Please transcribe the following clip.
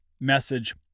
message